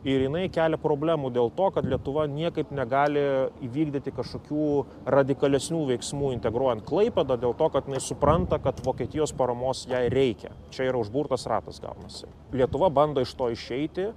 ir jinai kelia problemų dėl to kad lietuva niekaip negali įvykdyti kažkokių radikalesnių veiksmų integruojant klaipėdą dėl to kad nu supranta kad vokietijos paramos jei reikia čia yra užburtas ratas gaunasi lietuva bando iš to išeiti